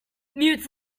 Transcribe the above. mutes